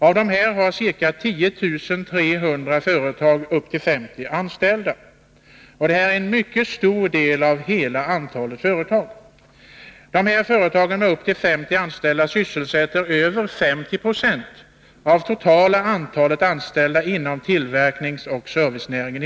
Av dessa har ca 10 300 företag upp till 50 anställda. Detta är en mycket stor del av hela antalet företag. Företagen med upp till 50 anställda sysselsätter över 50 20 av totala antalet anställda inom tillverkningsoch servicenäringarna.